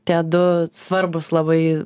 tie du svarbūs labai